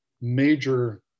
major